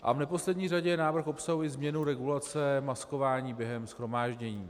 A v neposlední řadě návrh obsahuje změnu regulace maskování během shromáždění.